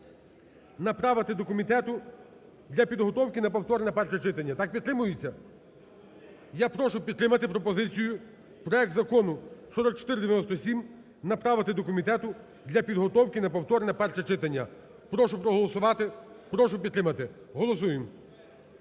направити до комітету для підготовки на повторне перше читання. Так підтримується? Я прошу підтримати пропозицію проект Закону 4497 направити до комітету для підготовки на повторне перше читання. Прошу проголосувати, прошу підтримати. Голосуємо.